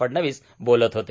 फडणवीस बोलत होते